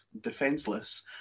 Defenseless